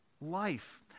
life